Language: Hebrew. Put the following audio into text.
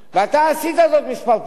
ואתה עשית זאת כמה פעמים.